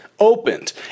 Opened